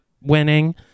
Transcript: winning